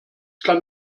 kann